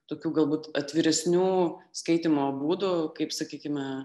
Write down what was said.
tokių galbūt atviresnių skaitymo būdų kaip sakykime